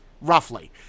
roughly